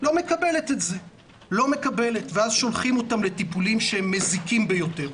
לא מקבלת את זה ואז שולחים אותם לטיפולים מזיקים ביותר.